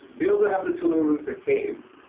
we also have the tularosa caves.